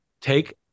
take